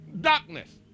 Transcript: darkness